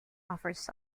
offers